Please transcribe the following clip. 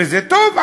וזה טוב,